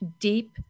deep